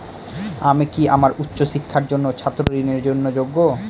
আমি কি আমার উচ্চ শিক্ষার জন্য ছাত্র ঋণের জন্য যোগ্য?